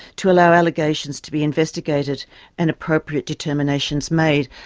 to allow allegations to be investigated and appropriate determinations made.